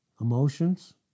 Emotions